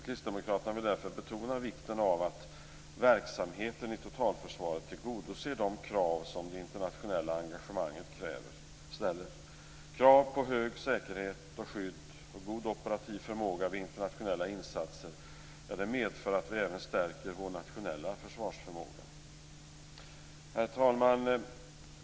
Kristdemokraterna vill därför betona vikten av att verksamheten i totalförsvaret tillgodoser de krav som det internationella engagemanget ställer. Krav på hög säkerhet och skydd samt god operativ förmåga vid internationella insatser medför att vi även stärker vår nationella försvarsförmåga. Herr talman!